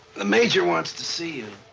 ah major wants to see you.